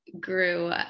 grew